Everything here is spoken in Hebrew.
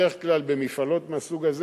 בדרך כלל במפעלות מהסוג הזה,